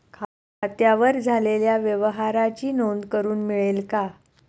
खात्यावर झालेल्या व्यवहाराची नोंद करून मिळेल का?